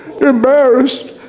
embarrassed